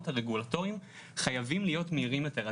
הרגולטוריים חייבים להיות מהירים יותר.